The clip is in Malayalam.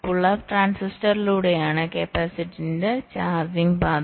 പുൾ അപ്പ് ട്രാൻസിസ്റ്ററിലൂടെയാണ് കപ്പാസിറ്ററിന്റെ ചാർജിംഗ് പാത